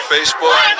Facebook